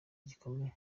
gikomeye